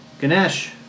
Ganesh